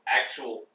actual